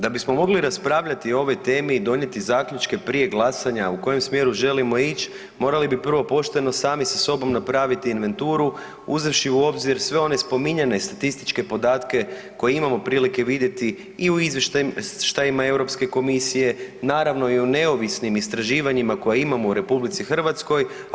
Da bismo mogli raspravljati o ovoj temi i donijeti zaključke prije glasanja u kojem smjeru želimo ići morali bi prvo pošteno sami sa sobom napraviti inventuru uzevši u obzir sve one spominjane statističke podatke koje imamo prilike vidjeti i u izvještajima Europske komisije, naravno i u neovisnim istraživanjima koje imamo u Republici Hrvatskoj.